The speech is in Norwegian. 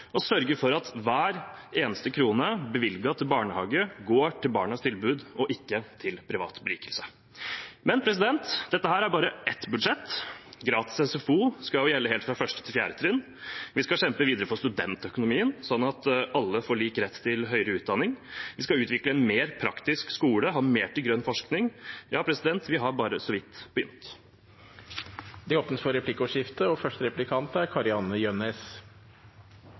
og sørge for at hver eneste krone bevilget til barnehager går til barnas tilbud og ikke til privat berikelse. Men dette er bare ett budsjett. Gratis SFO skal gjelde helt fra 1. til 4. trinn. Vi skal kjempe videre for studentøkonomien, sånn at alle får lik rett til høyere utdanning. Vi skal utvikle en mer praktisk skole og ha mer til grønn forskning. Ja, vi har bare så vidt begynt. Det blir replikkordskifte. For